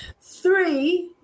three